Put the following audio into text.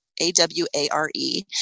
A-W-A-R-E